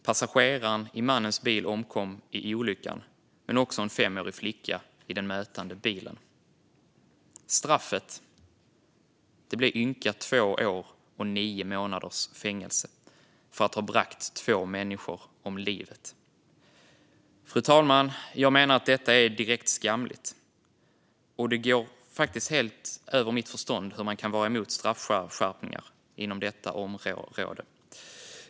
Passageraren i mannens bil omkom i olyckan men också en femårig flicka i den mötande bilen. Straffet blev fängelse i ynka två år och nio månader för att ha bragt två människor om livet. Fru talman! Jag menar att detta är direkt skamligt. Och det går helt över mitt förstånd att man kan vara emot straffskärpningar inom detta område.